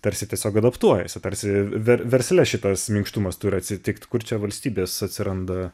tarsi tiesiog adaptuojasi tarsi versle šitas minkštumas turi atsitikti ir čia valstybės atsiranda